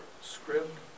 Script